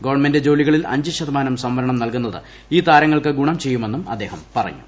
government ജോലികളിൽ അഞ്ച് ശതമാനം സംവരണം നൽകുന്നത് ഈ താരങ്ങൾക്ക് ഗുണം ചെയ്യുമെന്നും അദ്ദേഹം പറഞ്ഞു